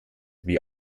wie